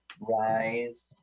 Rise